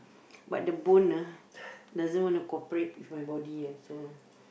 but the bone ah doesn't want to cooperate with my body ah so